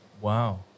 Wow